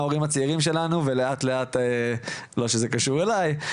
ההורים הצעירים שלנו ולאט לאט לא שזה קשור אליי,